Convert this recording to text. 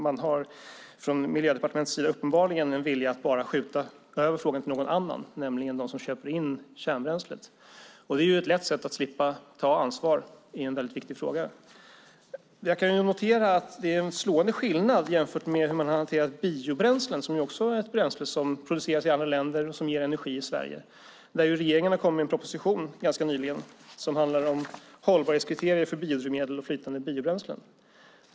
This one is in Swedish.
Man har från Miljödepartementets sida uppenbarligen viljan att bara skjuta över frågan till någon annan, nämligen till dem som köper in kärnbränslet. Det är ett lätt sätt att slippa ta ansvar i en viktig fråga. Jag kan notera att det är en slående skillnad jämfört med hanteringen av biobränslen, som också är ett bränsle som produceras i andra länder och som ger energi i Sverige. Där kom regeringen med en proposition ganska nyligen som handlar om hållbarhetskriterier för biodrivmedel och flytande biobränslen.